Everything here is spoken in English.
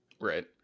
Right